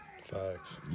Facts